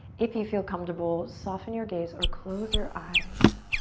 if you feel comfortable soften your gaze or close your eyes